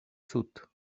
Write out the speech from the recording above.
cud